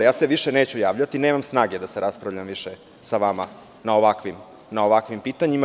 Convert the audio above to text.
Ja se više neću javljati, jer nemam snage da se raspravljam sa vama na ovakvim pitanjima.